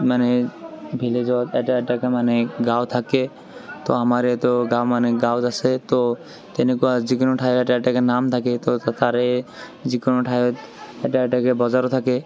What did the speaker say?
মানে বেলেগত এটা এটাকে মানে গাঁও থাকে তো আমাৰ ইয়াতো গাঁও মানে গাঁও আছে তো তেনেকুৱা যিকোনো ঠাইৰ এটা এটাকে নাম থাকে তো তাৰে যিকোনো ঠায়ত এটা এটাকে বজাৰ থাকে